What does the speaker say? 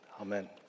Amen